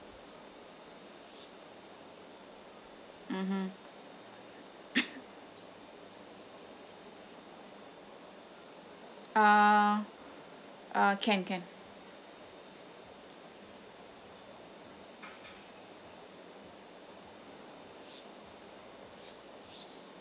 mmhmm uh uh can can